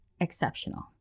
exceptional